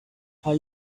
are